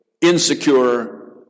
insecure